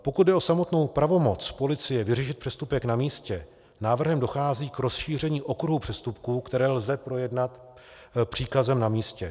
Pokud jde o samotnou pravomoc policie vyřešit přestupek na místě, návrhem dochází k rozšíření okruhu přestupků, které lze projednat příkazem na místě.